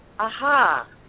aha